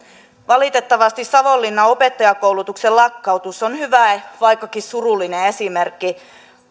valitettavasti savonlinnan opettajankoulutuksen lakkautus on hyvä vaikkakin surullinen esimerkki